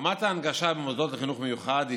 רמת ההנגשה במוסדות לחינוך מיוחד היא